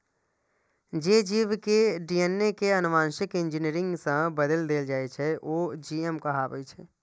जे जीव के डी.एन.ए कें आनुवांशिक इंजीनियरिंग सं बदलि देल जाइ छै, ओ जी.एम कहाबै छै